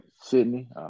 Sydney